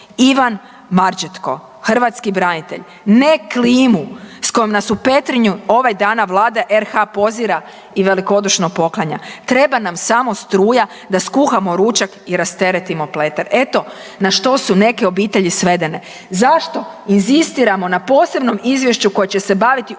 Ivan Marđetko, hrvatski branitelj: „Ne klimu sa kojom nas u Petrinju ovih dana Vlada RH pozira i velikodušno poklanja. Treba nam samo struja da skuhamo ručak i rasteretimo Pleter.“ Eto na što su neke obitelji svedene. Zašto inzistiramo na posebnom izvješću koje će se baviti upravo